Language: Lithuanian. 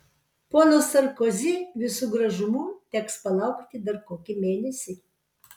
pono sarkozi visu gražumu teks palaukti dar kokį mėnesį